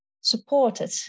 supported